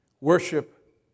Worship